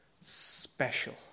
special